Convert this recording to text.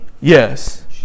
Yes